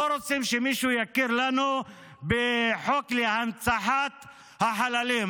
לא רוצים שמישהו יכיר לנו בחוק להנצחת החללים.